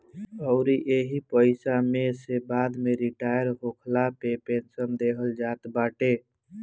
अउरी एही पईसा में से बाद में रिटायर होखला पे पेंशन देहल जात बाटे